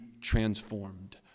transformed